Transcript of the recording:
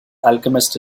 alchemist